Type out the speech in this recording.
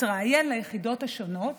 התראיין ליחידות השונות